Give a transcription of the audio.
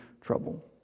trouble